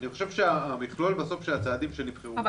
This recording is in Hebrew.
אני חושב שהמכלול בסוף של הצעדים שנבחרו הוא